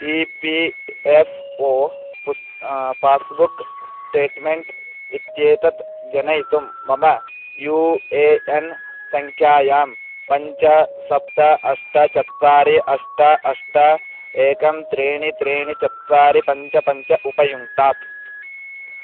E P F O पुस् passbook statement इत्येतत् जनयितुं मम यू ए एन् सङ्ख्यां पञ्च सप्त अष्ट चत्वारि अष्ट अष्ट एकं त्रीणि त्रीणि चत्वारि पञ्च पञ्च उपयुङ्क्तात्